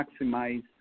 maximize